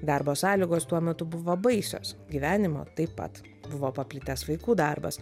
darbo sąlygos tuo metu buvo baisios gyvenimo taip pat buvo paplitęs vaikų darbas